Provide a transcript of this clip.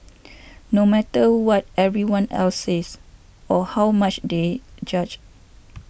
no matter what everyone else says or how much they judge